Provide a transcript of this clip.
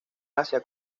hacia